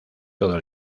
todo